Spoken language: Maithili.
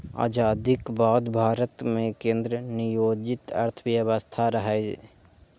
आजादीक बाद भारत मे केंद्र नियोजित अर्थव्यवस्था रहै